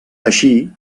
així